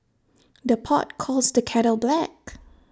the pot calls the kettle black